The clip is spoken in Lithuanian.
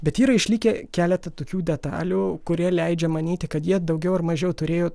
bet yra išlikę keletą tokių detalių kurie leidžia manyti kad jie daugiau ar mažiau turėjo